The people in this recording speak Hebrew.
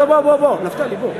לא, בוא, בוא, בוא.